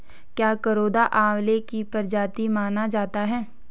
क्या करौंदा आंवले की प्रजाति माना जाता है?